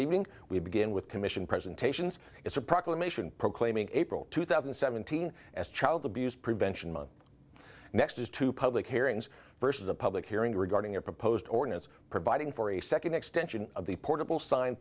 evening we begin with commission presentations it's a proclamation proclaiming april two thousand and seventeen as child abuse prevention month next as two public hearings versus a public hearing regarding your proposed ordinance providing for a second extension of the portable sign